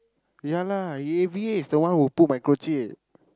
ya lah A_V_A is the one who put microchip